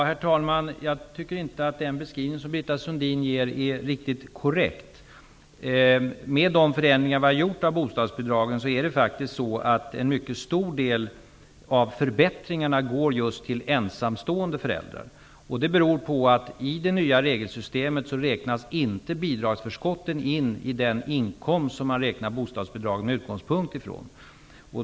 Herr talman! Jag tycker inte att den beskrivning som Britta Sundin ger är riktigt korrekt. Med de förändringar vi har gjort av bostadsbidragen gäller en mycket stor del av förbättringarna ensamstående föräldrar. Det beror på att i det nya regelsystemet så räknas inte bidragsförskotten in i den inkomst som man beräknar bostadsbidragen med utgångspunkt ifrån.